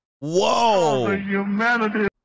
Whoa